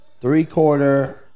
three-quarter